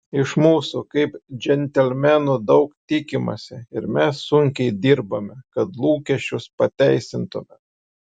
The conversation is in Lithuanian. iš mūsų kaip džentelmenų daug tikimasi ir mes sunkiai dirbame kad lūkesčius pateisintumėme